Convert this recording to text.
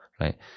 right